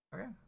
Okay